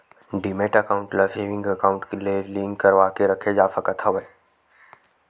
demat account ल saving account ले link करवाके रखे जा सकत हवय